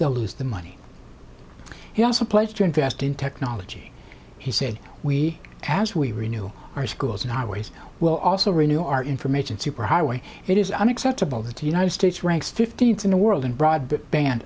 they'll lose the money he also pledged to invest in technology he said we as we renew our schools and our ways will also renew our information superhighway it is unacceptable that the united states ranks fifteenth in the world in broadband